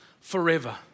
forever